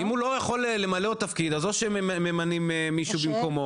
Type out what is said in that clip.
אם הוא לא יכול למלא עוד תפקיד אז זו שממנים מישהו במקומו,